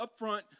upfront